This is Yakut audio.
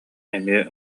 эмиэ